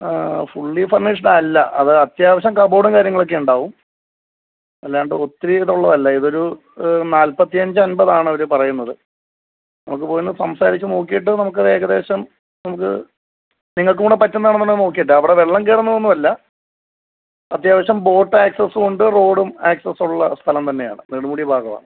fully furnished അല്ല അത് അത്യാവശ്യം കബോര്ഡും കാര്യങ്ങളൊക്കെ ഉണ്ടാകും അല്ലാണ്ട് ഒത്തിരി ഇതുള്ളതല്ല ഇതൊരു നാല്പ്പത്തിയഞ്ചന്പതാണ് അവര് പറയുന്നത് നമുക്ക് പോയൊന്നു സംസാരിച്ചു നോക്കിയിട്ട് നമുക്ക് അത് ഏകദേശം നമുക്ക് നിങ്ങൾക്കും കൂടി പറ്റുന്നതാണോന്ന് നോക്കിയിട്ട് അവിടെ വെള്ളം കയാറുന്നതൊന്നും അല്ല അത്യാവശ്യം ബോട്ട് ആക്സസ് ഉണ്ട് റോഡും ആക്സസുള്ള സ്ഥലം തന്നെയാണ് നെടുമുടി ഭാഗമാണ്